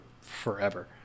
forever